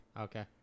Okay